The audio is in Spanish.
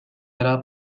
era